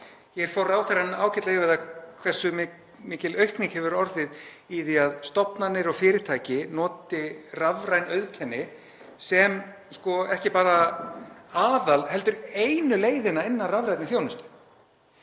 Hér fór ráðherrann ágætlega yfir það hversu mikil aukning hefur orðið í því að stofnanir og fyrirtæki noti rafræn auðkenni sem ekki bara aðalleiðina heldur einu leiðina að rafrænni þjónustu.